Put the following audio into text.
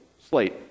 slate